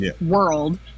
world